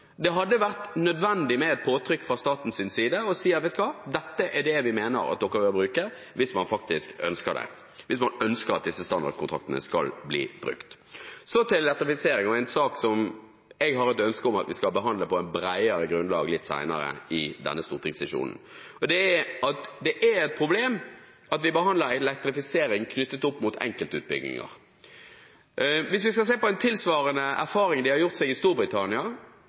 Det hadde vært nødvendig med et påtrykk fra statens side om at dette er det vi mener dere bør bruke, hvis man faktisk ønsker at disse standardkontraktene skal bli brukt. Så til elektrifisering og en sak som jeg har et ønske om at vi skal behandle på et bredere grunnlag litt senere i denne stortingssesjonen: Det er et problem at vi behandler elektrifisering knyttet opp mot enkeltutbygginger. Hvis vi skal se på en tilsvarende erfaring som er gjort i Storbritannia,